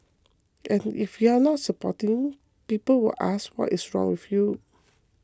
and if you are not supporting people will ask what is wrong with you